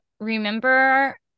Remember